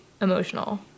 emotional